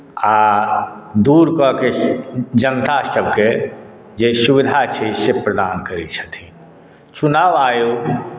आ दूर कऽ कऽ जनतासभकेँ जे सुविधा छै से प्रदान करैत छथिन चुनाव आयोग